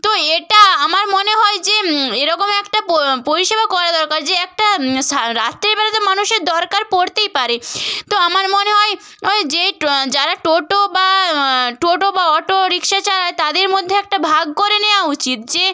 তো এটা আমার মনে হয় যে এরকম একটা পরিষেবা করা দরকার যে একটা সা রাত্রিবেলাতে মানুষ দরকার পড়তেই পারে তো আমার মনে হয় অয় যে ট যারা টোটো বা টোটো বা অটো রিক্সা চালায় তাদের মধ্যে একটা ভাগ করে নেয়া উচিত যে